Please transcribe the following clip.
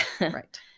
Right